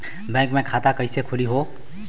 Bank मे खाता कईसे खुली हो?